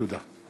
תודה.